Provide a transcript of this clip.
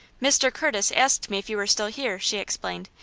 mr. curtis asked me if you were still here, she explained,